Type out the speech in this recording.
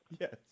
Yes